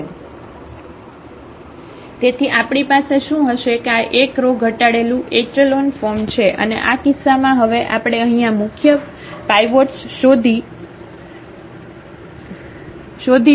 તેથી આપણી પાસે શું હશે કે આ એક રો ઘટાડેલું એક્ચેલોન ફોર્મ છે અને આ કિસ્સામાં હવે આપણે અહીં આ મુખ્ય પાઇવોટ્સ શોધી